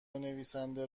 نویسنده